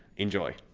enjoy.